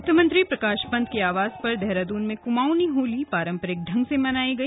वित्त प्रकाश पंत के आवास पर देहरादून में कुमाऊंनी होली पारंपरिक ढंग से मनाई गई